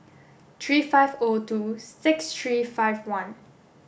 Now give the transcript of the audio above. three five O two six three five one